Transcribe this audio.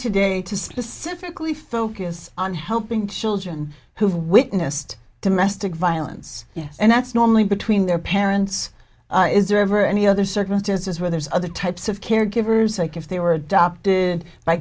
today to specifically focus on helping children who've witnessed domestic violence yes and that's normally between their parents is there ever any other circumstances where there's other types of caregivers like if they were adopted